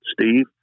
Steve